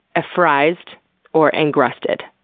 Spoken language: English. afraised or angrusted.